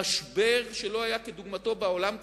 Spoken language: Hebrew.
משבר שלא היה כדוגמתו בעולם כולו,